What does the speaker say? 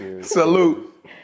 Salute